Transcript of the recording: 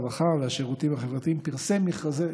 הרווחה והשירותים החברתיים פרסם מכרזי,